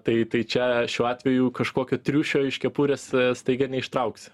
tai tai čia šiuo atveju kažkokio triušio iš kepurės staiga neištrauksi